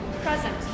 present